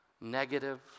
negative